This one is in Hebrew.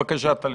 בבקשה, טליה.